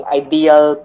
ideal